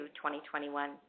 2021